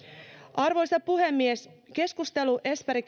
arvoisa puhemies keskustelu esperi